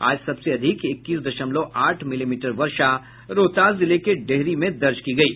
आज सबसे अधिक इक्कीस दशमलव आठ मिलीमीटर वर्षा रोहतास जिले के डेहरी में दर्ज की गयी